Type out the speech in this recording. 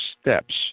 steps